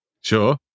sure